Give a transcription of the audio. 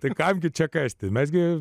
tai kam gi čia kasti mes gi